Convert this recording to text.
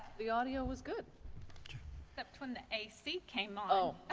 the audio was good except when the ac came up